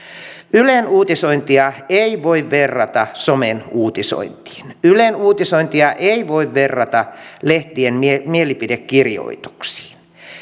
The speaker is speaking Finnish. ylen uutisointia ei voi verrata somen uutisointiin ylen uutisointia ei voi verrata lehtien mielipidekirjoituksiin